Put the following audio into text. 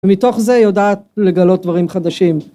ומתוך זה היא יודעת לגלות דברים חדשים